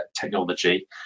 technology